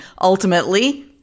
ultimately